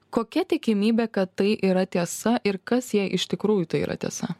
kokia tikimybė kad tai yra tiesa ir kas jei iš tikrųjų tai yra tiesa